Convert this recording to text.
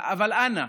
אבל אנא,